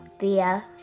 via